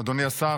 אדוני השר,